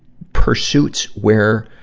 pursuits where,